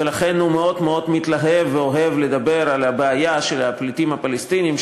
ולכן הוא מאוד מאוד מתלהב ואוהב לדבר על הבעיה של הפליטים הפלסטינים,